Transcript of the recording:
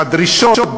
בדרישות,